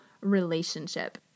relationship